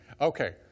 Okay